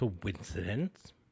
coincidence